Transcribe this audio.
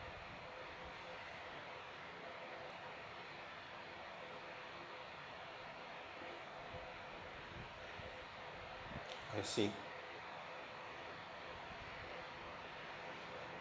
I see